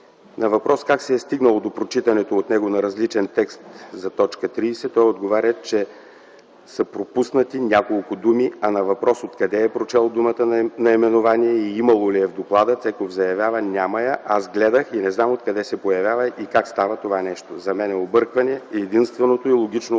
На въпрос как се е стигнало до прочитането от него на различен текст за т. 30, той отговоря, че са „пропуснати няколко думи”, а на въпрос откъде е прочел думата „наименование” и имало ли я е в доклада, Цеков заявява: „Няма я. Аз гледах и не знам откъде се появява и как става това нещо. За мен е объркване и единственото и логично обяснение